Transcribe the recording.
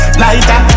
lighter